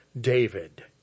David